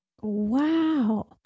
Wow